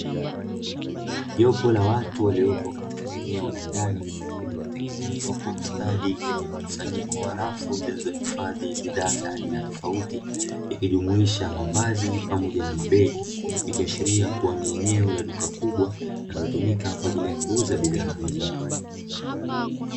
Jopo la watu waliopo katika eneo la ndani lililotengenezwa kwa ustadi lenye mkusanyiko wa rafu, zilizo hifadhi bidhaa za aina tofauti ikijumuisha mavazi pamoja na mabegi ikiashiria kua ni eneo la duka kubwa linalotumika kwaajili ya kuuza bidhaa hizo.